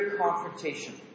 confrontation